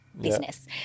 business